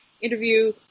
interview